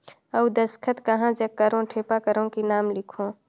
अउ दस्खत कहा जग करो ठेपा करो कि नाम लिखो?